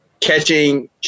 catching